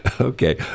Okay